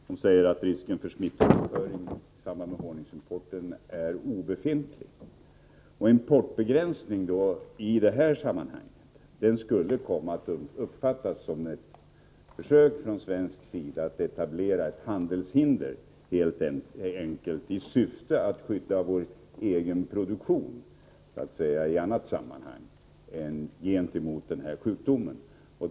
De säger att risken för smittoöverföring i samband med honungsimporten är obefintlig. Importbegränsning i det här sammanhanget skulle komma att uppfattas som ett försök från svensk sida att etablera ett handelshinder i syfte att skydda vår egen produktion. Skälet skulle helt enkelt kunna uppfattas som något annat än ett försök att skydda oss gentemot den här sjukdomen.